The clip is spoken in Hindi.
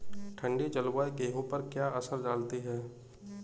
ठंडी जलवायु गेहूँ पर क्या असर डालती है?